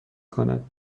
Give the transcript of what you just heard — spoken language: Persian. کند